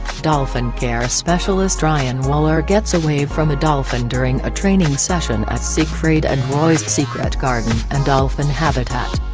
dolphin care specialist ryan waller gets a wave from a dolphin during a training session at siegfried and roy's secret garden and dolphin habitat.